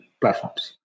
platforms